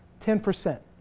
ten percent.